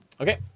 Okay